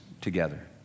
together